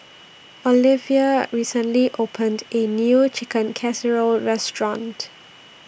Oliva recently opened A New Chicken Casserole Restaurant